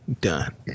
Done